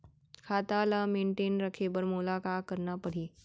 खाता ल मेनटेन रखे बर मोला का करना पड़ही?